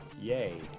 Yay